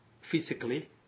physically